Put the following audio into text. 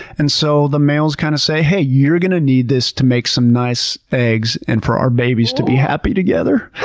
and so the males kind of say, hey, you're going to need this to make some nice eggs and for our babies to be happy together.